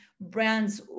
brands